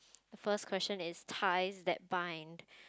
first question is ties that bind